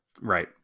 Right